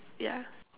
yeah